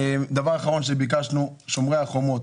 דבר אחרון שביקשנו שומר החומות.